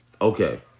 Okay